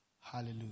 hallelujah